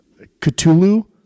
Cthulhu